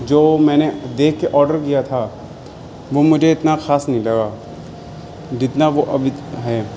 جو میں نے دیکھ کے آڈر کیا تھا وہ مجھے اتنا خاص نہیں لگا جتنا وہ اب ہے